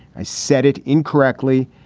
i said it incorrectly.